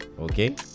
Okay